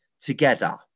together